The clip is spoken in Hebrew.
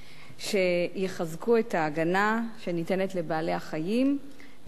שיחזקו את ההגנה שניתנת לבעלי-החיים ויספקו